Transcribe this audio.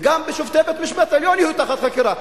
וגם שופטי בית-המשפט העליון יהיו תחת חקירה,